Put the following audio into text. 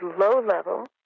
low-level